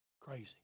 crazy